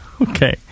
Okay